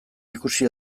ikusi